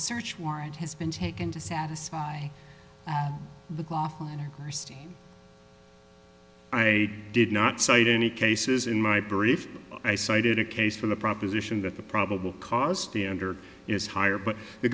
search warrant has been taken to satisfy the first i did not cite any cases in my brief i cited a case for the proposition that the probable cause standard is higher but the